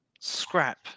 scrap